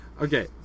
Okay